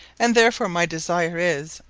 and therefore my desire is,